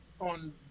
on